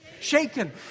Shaken